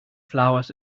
flowers